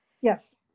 Yes